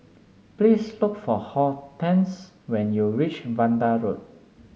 please look for Hortense when you reach Vanda Road